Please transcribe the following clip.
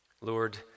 Lord